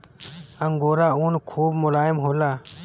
angora ऊन खूब मोलायम होला